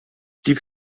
die